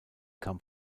kam